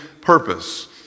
purpose